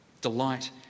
Delight